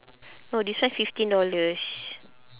no this one fifteen dollars